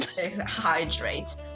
Hydrate